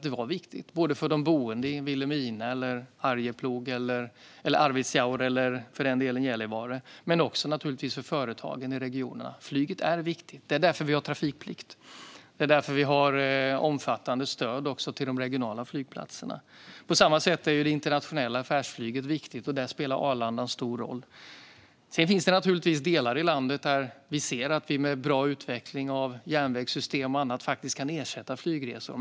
Det var viktigt både för de boende i Vilhelmina, Arvidsjaur eller Gällivare och för företagen i regionerna. Flyget är viktigt. Det är därför vi har trafikplikt, och det är också därför vi har omfattande stöd till de regionala flygplatserna. På samma sätt är det internationella affärsflyget viktigt, och där spelar Arlanda en stor roll. Det finns naturligtvis delar i landet där vi ser att vi med bra utveckling av järnvägssystem och annat kan ersätta flygresor.